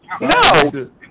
No